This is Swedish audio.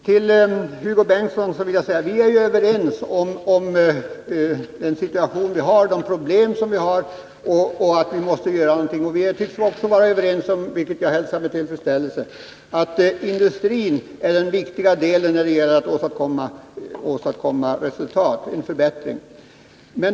Till Hugo Bengtsson vill jag säga att vi ju är överens om att vi måste göra någonting åt den situation vi har och de problem vi har. Vi tycks också vara överens om — vilket jag hälsar med tillfredsställelse — att industrin är den viktiga delen när det gäller att åstadkomma en förbättring av resultaten.